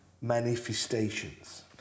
manifestations